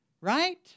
Right